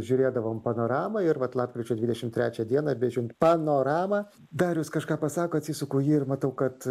žiūrėdavom panoramą ir vat lapkričio dvidešimt trečią dieną bežiūrint panoramą darius kažką pasako atsisuku į jį ir matau kad